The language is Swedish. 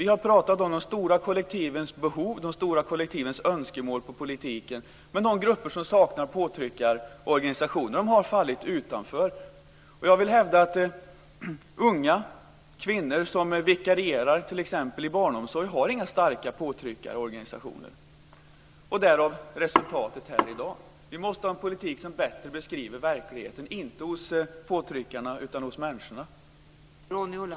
Vi har pratat om de stora kollektivens behov och önskemål i politiken. Men de grupper som saknar påtryckarorganisationer har fallit utanför. Jag vill hävda att unga kvinnor som vikarierar i t.ex. barnomsorgen inte har några starka påtryckarorganisationer, och därav resultatet här i dag. Vi måste ha en politik som bättre beskriver verkligheten inte hos påtryckarna utan hos människorna.